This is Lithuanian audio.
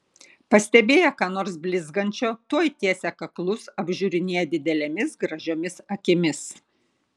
pastebėję ką nors blizgančio tuoj tiesia kaklus apžiūrinėja didelėmis gražiomis akimis